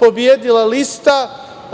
pobedila lista